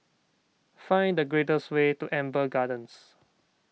find the fastest way to Amber Gardens